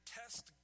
test